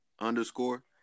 underscore